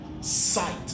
Sight